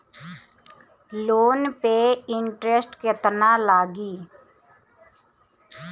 Loan पे interest केतना लागी?